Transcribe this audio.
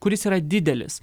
kuris yra didelis